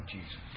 Jesus